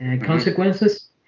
consequences